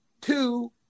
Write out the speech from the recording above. two